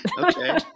Okay